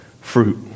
fruit